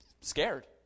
scared